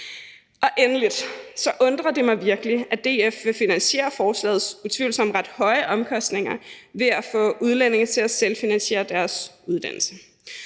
Endelig undrer det mig virkelig, at DF vil finansiere forslagets utvivlsomt ret høje omkostninger ved at få udlændinge til at selvfinansiere deres uddannelse.